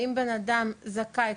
האם בן אדם זכאי,